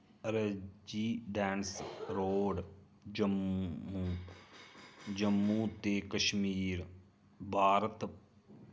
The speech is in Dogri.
रैजीडैंस रोड़ जम्मू जम्मू ते कश्मीर भारत